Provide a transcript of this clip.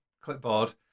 clipboard